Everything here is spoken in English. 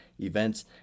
events